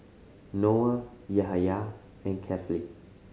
Noah Yahaya and Kefli